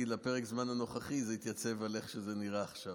שלפרק הזמן הנוכחי זה התייצב על איך שזה נראה עכשיו.